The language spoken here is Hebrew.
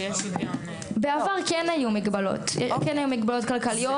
בעבר כן היו מגבלות כלכליות.